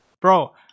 Bro